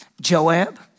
Joab